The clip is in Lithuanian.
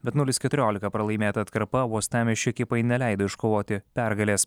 bet nulis keturiolika pralaimėta atkarpa uostamiesčio ekipai neleido iškovoti pergalės